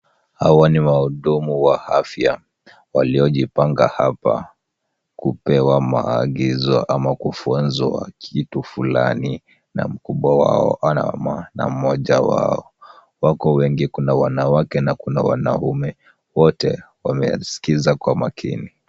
Hawa ni wahudumu wa afya waliojipanga hapa kupewa maagizo ama kufunzwa kitu fulani na mkubwa wao ama na mmoja wao. Wako wengi, kuna wanawake na kuna wanaume wote wamesikiza kwa makini.